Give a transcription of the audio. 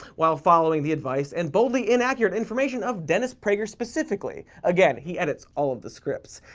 while following the advice and boldly inaccurate information of dennis prager specifically. again, he edits all of the scripts.